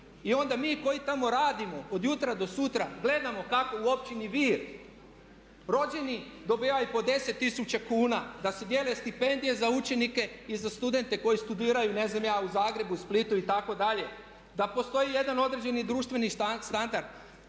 i onda mi koji tamo radimo od jutra do sutra gledamo kako u Općini Vir dobivaju po 10 tisuća kuna, da se dijele stipendije za učenike i za studente koji studiraju ne znam ja u Zagrebu, Splitu itd. Da postoji jedan određeni društveni standard.